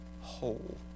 whole